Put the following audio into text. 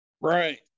Right